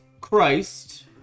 Christ